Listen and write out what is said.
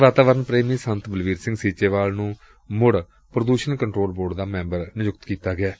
ਵਾਤਾਵਰਣ ਪ੍ਰੇਮੀ ਸੰਤ ਬਲਬੀਰ ਸੰਘ ਸੀਚੇਵਾਲ ਨੂੰ ਮੁਤ ਤੋਂ ਪ੍ਰਦੂਸ਼ਣ ਕੰਟਰੋਲ ਬੋਰਡ ਦਾ ਮੈਂਬਰ ਨਿਯੁਕਤ ਕਰ ਦਿੱਤਾ ਗਿਐ